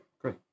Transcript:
great